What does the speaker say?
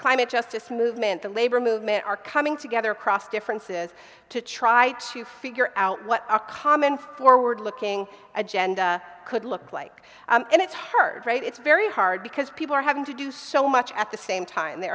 climate justice movement the labor movement are coming together across differences to try to figure out what a common forward looking agenda could look like and it's heard it's very hard because people are having to do so much at the same time the